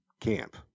camp